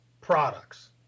products